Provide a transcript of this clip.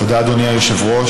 תודה, אדוני היושב-ראש.